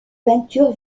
peinture